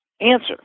answer